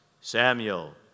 Samuel